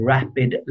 Rapid